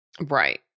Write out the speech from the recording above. right